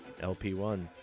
LP1